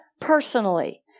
Personally